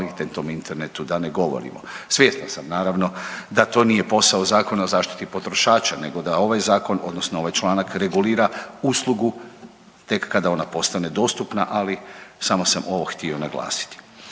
kvalitetnom internetu da ne govorimo. Svjestan sam naravno, da to nije posao Zakona o zaštiti potrošača nego da ovaj Zakon, odnosno ovaj članak regulira uslugu tek kada ona postane dostupna, ali samo sam ovo htio naglasiti.